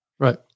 Right